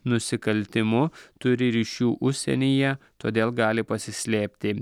nusikaltimu turi ryšių užsienyje todėl gali pasislėpti